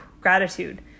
gratitude